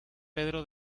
pedro